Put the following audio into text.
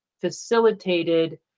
facilitated